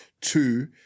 Two